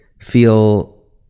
feel